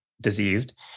diseased